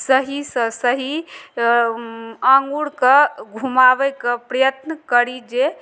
सहीसँ सही आङ्गूरके घुमाबयके प्रयत्न करी जे